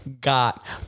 got